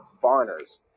foreigners